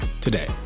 today